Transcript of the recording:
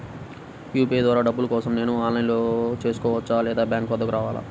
UPI ద్వారా డబ్బులు కోసం నేను ఆన్లైన్లో చేసుకోవచ్చా? లేదా బ్యాంక్ వద్దకు రావాలా?